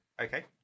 Okay